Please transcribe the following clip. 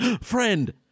friend